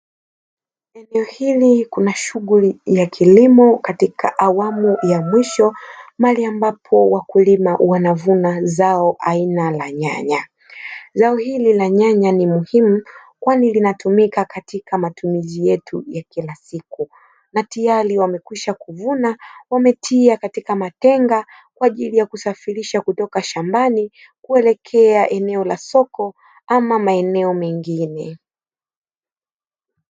Eneo hili kuna shughuli ya kilimo katika awamu ya mwisho, mahali ambapo wakulima wanavuna zao aina ya nyanya. Zao hili la nyanya ni muhimu kwani linatumika katika matumizi yetu ya kila siku na tayari wamekwisha kuvuna wametia katika matenga, kwa ajili ya kusafirisha kutoka shambani kuelekea eneo la soko ama maeneo mengine.